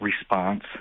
Response